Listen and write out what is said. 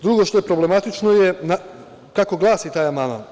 Drugo, što je problematično je kako glasi taj amandman.